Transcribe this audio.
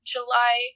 July